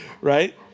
Right